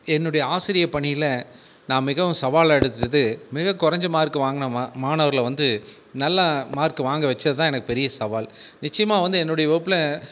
என்னுடைய ஆசிரியர் பணியில் நான் மிகவும் சவால் அடைஞ்சது மிக குறைஞ்ச மார்க் வாங்கின மாணவர்களை வந்து நல்லா மார்க் வாங்க வைச்சதுதான் எனக்கு பெரிய சவால் நிச்சயமாக வந்து என்னோட வகுப்பில்